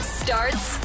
starts